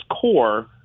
core